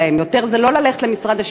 זה כבר לא ללכת למשרד השיכון,